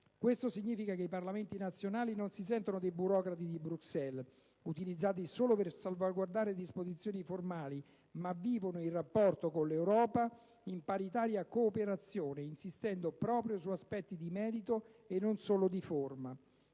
Questo significa che i Parlamenti nazionali non si sentono dei burocrati di Bruxelles, utilizzati solo per salvaguardare disposizioni formali, ma vivono il rapporto con l'Europa in paritaria cooperazione, insistendo proprio su aspetti di merito e non solo di forma.